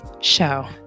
show